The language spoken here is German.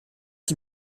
die